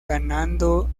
ganando